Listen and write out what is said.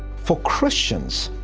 for christians,